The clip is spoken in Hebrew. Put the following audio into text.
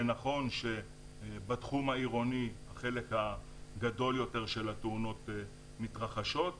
זה נכון שהחלק הגדול יותר של התאונות מתרחשות בתחום העירוני,